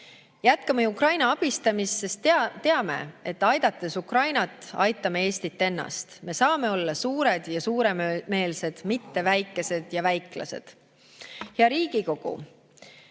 Jätkame Ukraina abistamist, sest teame, et aidates Ukrainat, aitame Eestit ennast. Me saame olla suured ja suuremeelsed, mitte väikesed ja väiklased. Hea Riigikogu!